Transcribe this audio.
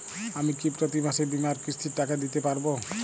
আমি কি প্রতি মাসে বীমার কিস্তির টাকা দিতে পারবো?